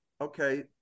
Okay